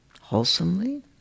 wholesomely